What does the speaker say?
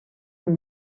amb